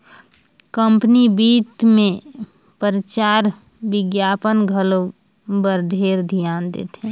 company बित मे परचार बिग्यापन घलो बर ढेरे धियान देथे